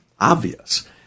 obvious